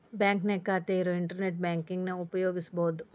ಬಾಂಕ್ನ್ಯಾಗ ಖಾತೆ ಇರೋರ್ ಇಂಟರ್ನೆಟ್ ಬ್ಯಾಂಕಿಂಗನ ಉಪಯೋಗಿಸಬೋದು